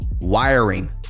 wiring